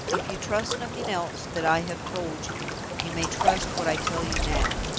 if you trust nothing else that i have told you, you may trust what i tell you now.